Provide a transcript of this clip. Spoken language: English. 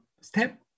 Step